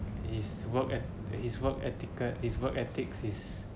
his work et~ his work etiquette his work ethics is